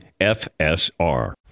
FSR